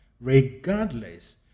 regardless